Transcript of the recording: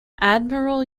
admiral